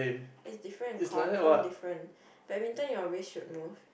is different confirm different badminton your wrist should move